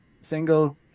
single